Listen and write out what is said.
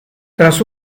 tras